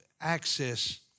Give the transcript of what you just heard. access